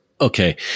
Okay